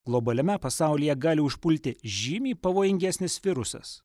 globaliame pasaulyje gali užpulti žymiai pavojingesnis virusas